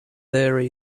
there